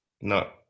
No